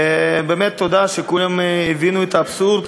ובאמת תודה שכולם הבינו את האבסורד,